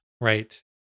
Right